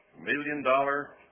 Million-dollar